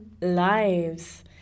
lives